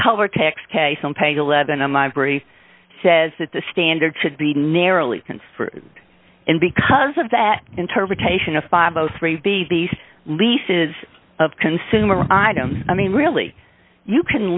color tax case on page eleven on library says that the standard should be narrowly construed and because of that interpretation a five o three b these leases of consumer items i mean really you can